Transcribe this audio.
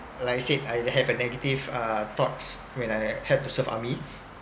like I said I have a negative uh thoughts when I had to serve army